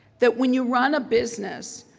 that when you run a business,